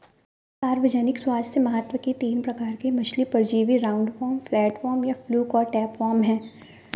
सार्वजनिक स्वास्थ्य महत्व के तीन प्रकार के मछली परजीवी राउंडवॉर्म, फ्लैटवर्म या फ्लूक और टैपवार्म है